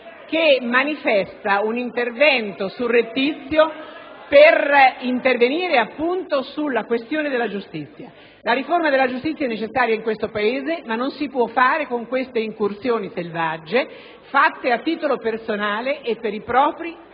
che manifesta un intervento surrettizio per incidere sulla questione giustizia. La riforma della giustizia è necessaria in questo Paese, ma non si può realizzare con queste incursioni selvagge fatte a titolo personale e per i propri